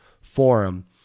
forum